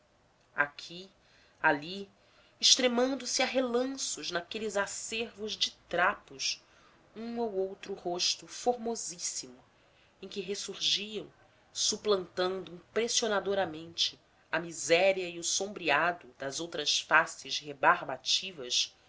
aqui ali extremando se a relanços naqueles acervos de trapos um ou outro rosto formosíssimo em que ressurgiam suplantando impressionadoramente a miséria e o sombreado das outras faces